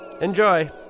Enjoy